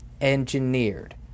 engineered